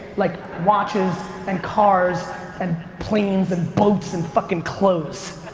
like watches and cars and planes and boats and fuckin' clothes.